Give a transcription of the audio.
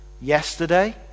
yesterday